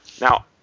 Now